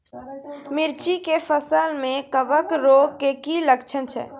मिर्ची के फसल मे कवक रोग के की लक्छण छै?